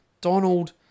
Donald